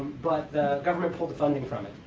but the government pulled the funding from it.